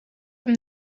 from